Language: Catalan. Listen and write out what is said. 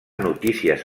notícies